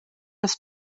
das